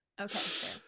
okay